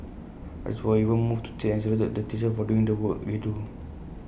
others were even moved to tears and saluted the teachers for doing the work they do